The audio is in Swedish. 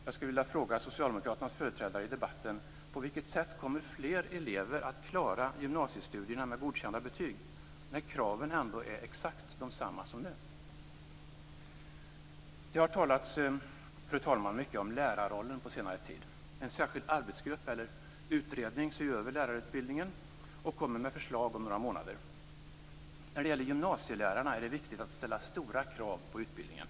Jag skulle vilja fråga socialdemokraternas företrädare i debatten: På vilket sätt kommer fler elever att klara gymnasiestudierna med godkända betyg när kraven är exakt desamma som nu? Fru talman! Det har talats mycket om lärarrollen på senare tid. En särskild arbetsgrupp eller utredning ser över lärarutbildningen och kommer med förslag om några månader. När det gäller gymnasielärarna är det viktigt att ställa höga krav på utbildningen.